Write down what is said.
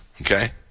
okay